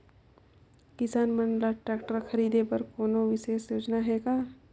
किसान मन ल ट्रैक्टर खरीदे बर कोनो विशेष योजना हे का?